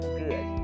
good